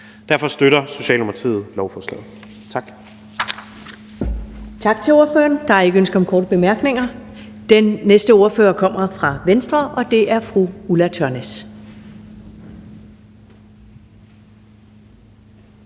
Første næstformand (Karen Ellemann): Tak til ordføreren. Der er ikke ønske om korte bemærkninger. Den næste ordfører kommer fra Venstre, og det er fru Ulla Tørnæs.